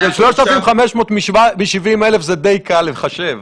3,500 מ-70,000 זה די קל לחשב.